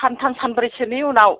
सानथाम सानब्रैसोनि उनाव